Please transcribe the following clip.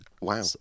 Wow